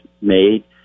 made